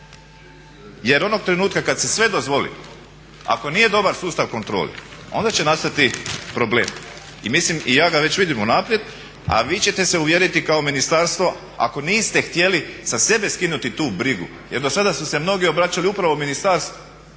Jer onog trenutka kada se sve dozvoli ako nije dobar sustav kontrole onda će nastati problem i ja ga već vidim unaprijed. A vi ćete se uvjeriti kao ministarstvo ako niste htjeli sa sebe skinuti tu brigu jer do sada su se mnogi obraćali upravo ministarstvu,